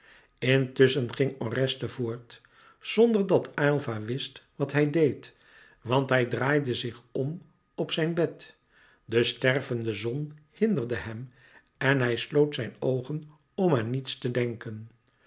intusschen ging oreste voort zonderdat aylva wist wat hij deed want hij draaide zich om op zijn bed de stervende zon hinderde hem en hij sloot zijn oogen om aan niets te denken